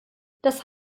das